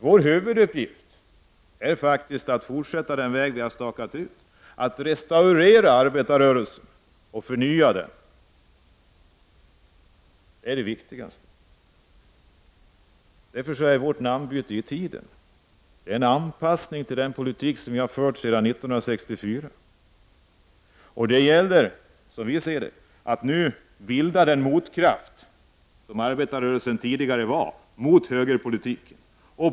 Vår huvuduppgift är faktiskt att fortsätta på den väg vi har stakat ut, att restaurera arbetarrörelsen och förnya den. Därför är vårt namnbyte i tiden. Det är en anpassning till den politik vi har fört sedan 1964. Som vi ser det gäller det nu att bilda den motkraft som arbetarrörelsen tidigare var mot högerpolitiken.